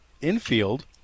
infield